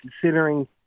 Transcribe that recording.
considering